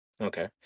Okay